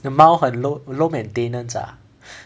the 猫很 low low maintenance ah